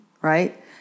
right